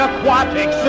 Aquatic